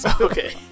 Okay